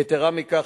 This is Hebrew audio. יתירה מכך,